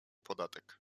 podatek